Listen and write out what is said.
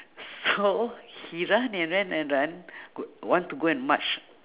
so he run and run and run g~ want to go and march